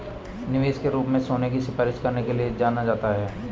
निवेश के रूप में सोने की सिफारिश करने के लिए जाना जाता है